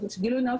גילוי נאות,